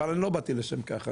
אבל אני לא באתי לשם כך,